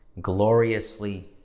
gloriously